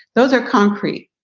those are concrete.